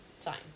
time